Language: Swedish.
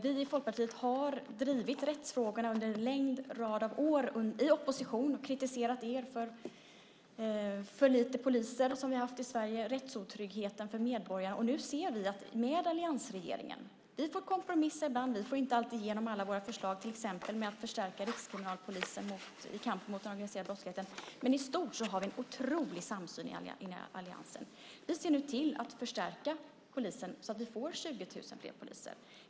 Vi i Folkpartiet har drivit rättsfrågorna under en lång rad av år i opposition och kritiserat er för att vi har haft för få poliser i Sverige. Vi har haft rättsotryggheten för medborgarna. Med alliansregeringen får vi kompromissa ibland - vi får inte alltid igenom alla våra förslag, till exempel att förstärka Rikskriminalpolisen i kampen mot den organiserade brottsligheten - men i stort har vi en otrolig samsyn i alliansen. Vi ser nu till att förstärka polisen så att vi får 20 000 fler poliser.